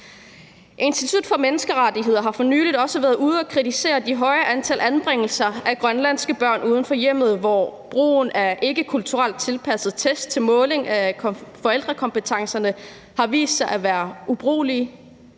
Institut for Menneskerettigheder har for nylig også været ude at kritisere det høje antal anbringelser af grønlandske børn uden for hjemmet, hvor test til måling af forældrekompetencerne, der ikke er kulturelt